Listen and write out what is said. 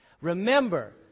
Remember